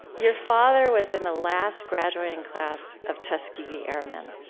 your father was in the last graduating class of tuskegee airmen.